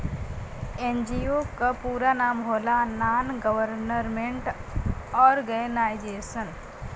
NGO क पूरा नाम होला नान गवर्नमेंट और्गेनाइजेशन